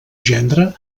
gendre